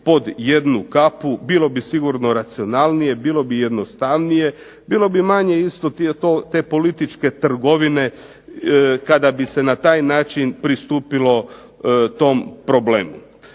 pod jednu kapu, bilo bi racionalnije, bilo bi jednostavnije, bilo bi manje te političke trgovine kada bi se na taj način pristupilo tom problemu.